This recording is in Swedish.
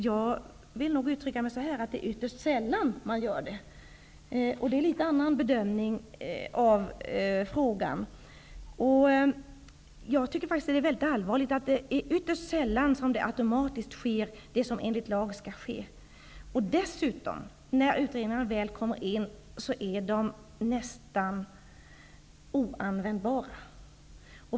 Jag vill nog uttrycka det så, att det är ytterst sällan de lever upp till sitt ansvar. Det är en litet annorlunda bedömning av saken. Jag menar att det är väldigt allvarligt att det är ytterst sällan som det automatiskt sker, som enligt lag skall ske. När utredningarna väl kommer in är de dessutom nästan oanvändbara.